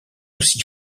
aussi